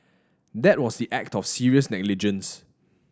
that was the act of serious negligence